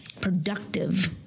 productive